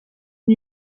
new